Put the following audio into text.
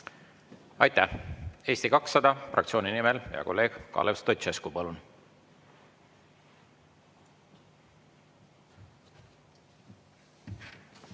Aitäh! Eesti 200 fraktsiooni nimel, hea kolleeg Kalev Stoicescu, palun!